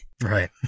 Right